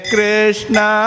Krishna